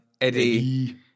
Eddie